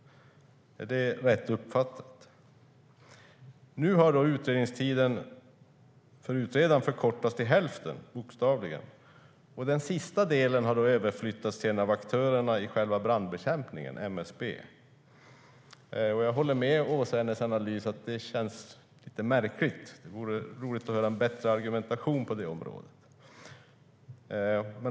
Är det rätt uppfattat? Nu har utredningstiden för utredaren bokstavligen förkortats till hälften. Den sista delen har överflyttats till en av aktörerna i själva brandbekämpningen, MSB. Jag håller med i Åsa Coenraads analys att det känns lite märkligt. Det vore roligt att höra en bättre argumentation på området.